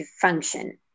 function